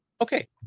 Okay